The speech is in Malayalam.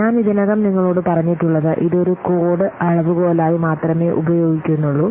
ഞാൻ ഇതിനകം നിങ്ങളോട് പറഞ്ഞിട്ടുള്ളത് ഇത് ഒരു കോഡ് അളവുകോലായി മാത്രമേ ഉപയോഗിക്കുന്നുള്ളൂ